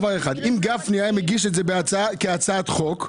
אם גפני היה מגיש את זה כהצעת חוק,